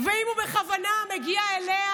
אם הוא בכוונה מגיע אליה,